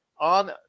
on